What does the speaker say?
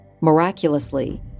Miraculously